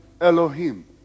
Elohim